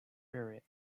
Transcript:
period